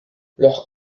leurs